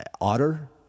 Otter